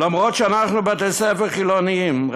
למרות שאנחנו בתי-ספר חילוניים.